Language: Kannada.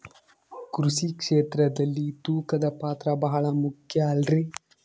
ಕೃಷಿ ಕ್ಷೇತ್ರದಲ್ಲಿ ತೂಕದ ಪಾತ್ರ ಬಹಳ ಮುಖ್ಯ ಅಲ್ರಿ?